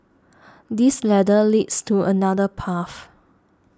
this ladder leads to another path